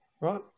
right